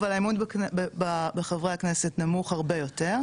אבל האמון בחברי הכנסת נמוך הרבה יותר.